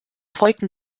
folgten